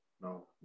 no